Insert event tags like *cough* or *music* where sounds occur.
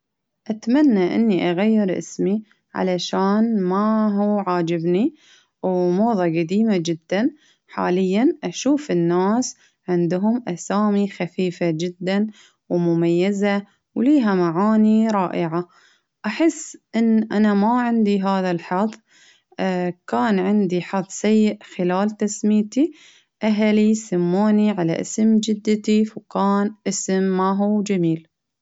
أتمنى إني أغير إسمي علشان ما هو عاجبني، وموضة قديمة جدا. حاليا أشوف الناس عندهم أسامي خفيفة جدا، ومميزة ولها معاني رائعة. أحس إن أنا ما عندي هذا الحظ *hesitation* كان عندي حظ سيء خلال تسميتي. أهلي سموني على إسم جدتي فكان إسم ما هو جميل.